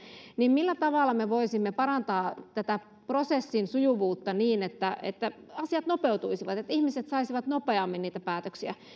niin millä tavalla me voisimme parantaa tätä prosessin sujuvuutta niin että että asiat nopeutuisivat ja ihmiset saisivat nopeammin niitä päätöksiä